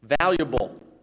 valuable